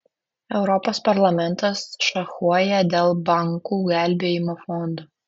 europos parlamentas šachuoja dėl bankų gelbėjimo fondo